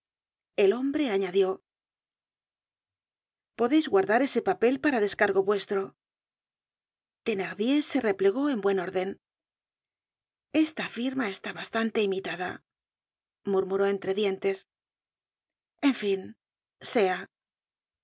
el hombre añadió podeis guardar ese papel para descargo vuestro thenardier se replegó en buen orden esa firma está bastante bien imitada murmuró entre dientes en fin sea